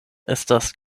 estas